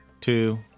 two